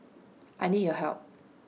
I need your help